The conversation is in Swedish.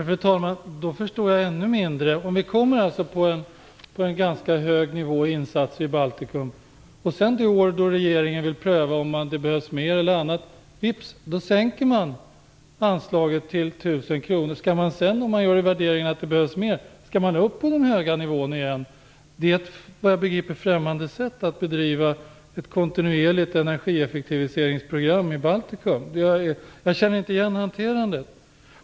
Fru talman! Då förstår jag ännu mindre. Vi har en ganska hög nivå när det gäller insatser i Baltikum. Sedan kommer ett år då regeringen vill pröva om det behövs fler insatser. Vips, så sänker man anslaget till 1 000 kr. Om man sedan gör den värderingen att det behövs fler insatser, skall man då upp på den höga nivån igen? Det är, vad jag begriper, ett främmande sätt att bedriva ett kontinuerligt energieffektiviseringsprogram i Baltikum. Jag känner inte igen hanterandet.